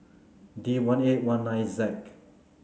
D one eight one nine Z